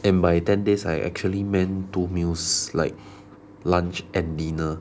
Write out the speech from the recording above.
and by ten days I actually meant two meals like lunch and dinner